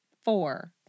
Four